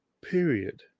Period